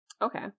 Okay